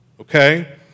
Okay